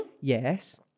yes